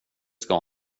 ska